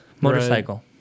motorcycle